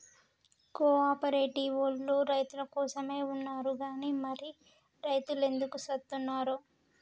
కో ఆపరేటివోల్లు రైతులకోసమే ఉన్నరు గని మరి రైతులెందుకు సత్తున్నరో